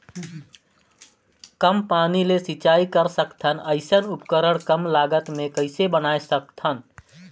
कम पानी ले सिंचाई कर सकथन अइसने उपकरण कम लागत मे कइसे बनाय सकत हन?